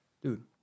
Dude